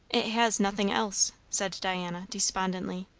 it has nothing else, said diana despondently.